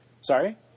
Sorry